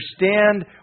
understand